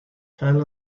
fell